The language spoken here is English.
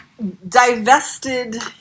Divested